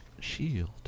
Shield